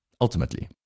ultimately